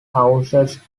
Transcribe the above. houses